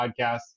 podcast